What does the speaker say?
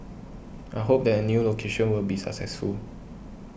I hope that a new location will be successful